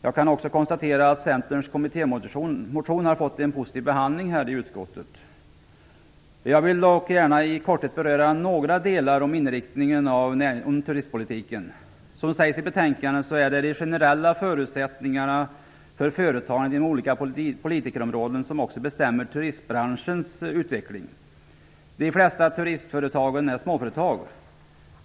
Jag kan också konstatera att Centerns kommittémotion har fått en positiv behandling i utskottet. Jag vill dock gärna i korthet beröra några delar om inriktningen av turistpolitiken. Som sägs i betänkandet är det de generella förutsättningarna för företagandet inom olika politikområden som också bestämmer turistbranschens utveckling. De flesta turistföretagen är småföretag.